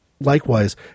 likewise